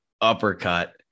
uppercut